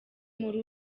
muri